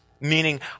meaning